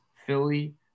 Philly